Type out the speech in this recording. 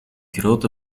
grote